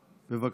בבקשה.